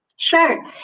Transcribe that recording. Sure